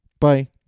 Bye